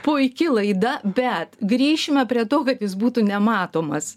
puiki laida bet grįšime prie to kad jis būtų nematomas